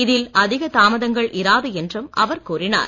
இதில் அதிக தாமதங்கள் இராது என்றும் அவர் கூறினார்